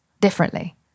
differently